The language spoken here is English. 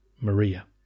Maria